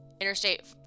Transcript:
Interstate